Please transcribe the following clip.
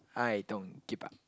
I don't give up